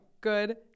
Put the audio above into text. good